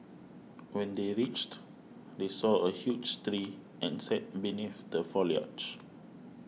when they reached they saw a huge tree and sat beneath the foliage